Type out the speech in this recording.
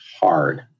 hard